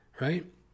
right